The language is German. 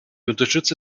unterstütze